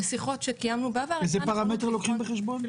בשיחות שקיימו בעבר, איזה פרמטר לוקחים בחשבון?